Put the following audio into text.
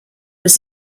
was